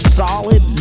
solid